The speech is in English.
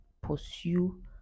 pursue